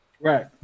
Right